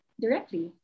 directly